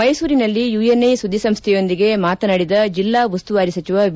ಮೈಸೂರಿನಲ್ಲಿ ಯುಎನ್ಐ ಸುದ್ದಿ ಸಂಸ್ಥೆಯೊಂದಿಗೆ ಮಾತನಾಡಿದ ಜಿಲ್ಲಾ ಉಸ್ತುವಾರಿ ಸಚಿವ ವಿ